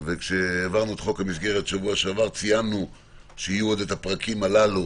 וכשהעברנו את חוק המסגרת בשבוע שעבר ציינו שיהיו הפרקים הללו,